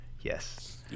Yes